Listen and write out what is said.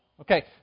Okay